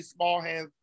Smallhands